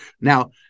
Now